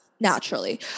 naturally